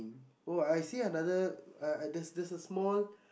oh I see another uh there's there's a small